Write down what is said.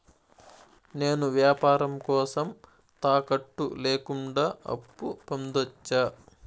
నేను వ్యాపారం కోసం తాకట్టు లేకుండా అప్పు పొందొచ్చా?